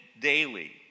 daily